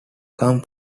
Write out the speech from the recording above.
come